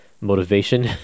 motivation